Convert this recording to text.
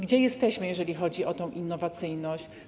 Gdzie jesteśmy, jeżeli chodzi o tę innowacyjność?